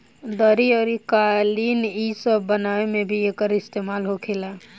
दरी अउरी कालीन इ सब बनावे मे भी एकर इस्तेमाल होखेला